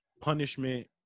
punishment